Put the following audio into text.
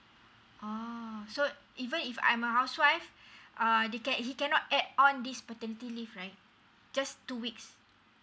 oh so even if I'm a housewife ah they ca~ he cannot add on this paternity leave right just two weeks